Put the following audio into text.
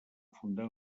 fundar